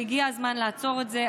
והגיע הזמן לעצור את זה.